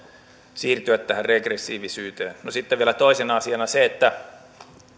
siirtyä tähän vähempään regressiivisyyteen no sitten vielä toisena asiana se että